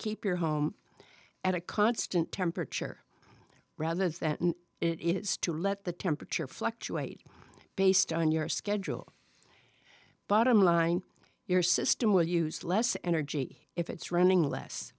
keep your home at a constant temperature rather than it is to let the temperature fluctuate based on your schedule bottom line your system will use less energy if it's running less